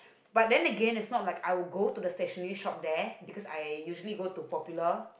but then again it's not like I would go to the stationary shop there because I usually go to popular